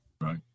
Right